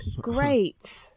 Great